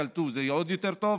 ושייקלטו עוד זה יהיה עוד יותר טוב,